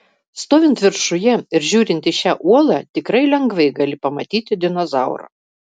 stovint viršuje ir žiūrint į šią uolą tikrai lengvai gali pamatyti dinozaurą